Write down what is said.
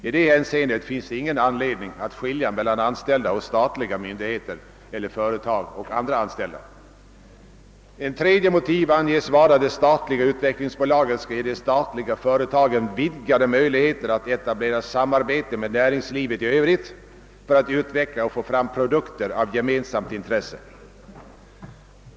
I detta hänseende finns ingen anledning att skilja mellan anställda hos statliga myndigheter eller företag och andra anställda. Ett tredje skäl anges vara att det statliga utvecklingsbolaget skulle ge de statliga företagen vidgade möjligheter att etablera samarbete med näringslivet i övrigt för att utveckla och få fram produkter av gemensamt intresse.